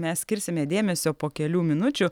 mes skirsime dėmesio po kelių minučių